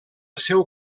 seu